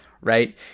right